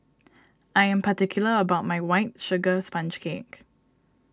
I am particular about my White Sugar Sponge Cake